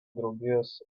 draugijos